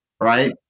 right